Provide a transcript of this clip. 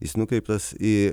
jis nukreiptas į